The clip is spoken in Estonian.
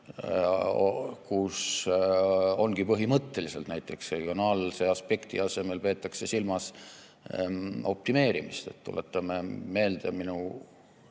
kus ongi põhimõtteliselt nii, et näiteks regionaalse aspekti asemel peetakse silmas optimeerimist. Tuletame meelde minule